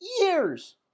years